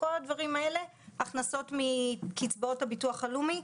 הכנסות מקצבאות הביטוח הלאומי.